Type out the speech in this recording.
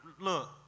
look